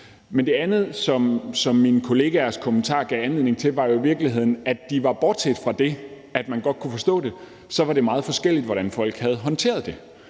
Det andet, mine kollegaers kommentarer gav anledning til at tænke over, var i virkeligheden, at bortset fra at de godt kunne forstå det, var det meget forskelligt, hvordan folk havde håndteret det,